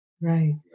right